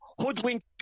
hoodwink